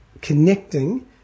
connecting